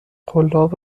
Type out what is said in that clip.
قلاب